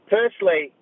Firstly